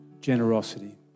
generosity